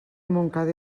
montcada